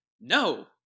No